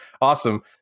awesome